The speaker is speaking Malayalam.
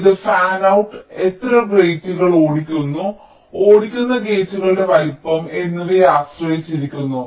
ഇത് ഫാനൌട്ട് എത്ര ഗേറ്റുകൾ ഓടിക്കുന്നു ഓടിക്കുന്ന ഗേറ്റുകളുടെ വലുപ്പം എന്നിവയെ ആശ്രയിച്ചിരിക്കുന്നു